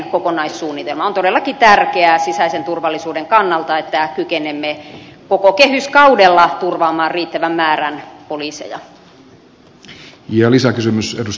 on todellakin tärkeää sisäisen turvallisuuden kannalta että kykenemme koko kehyskaudella turvaamaan riittävän määrän poliiseja